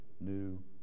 new